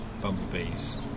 bumblebees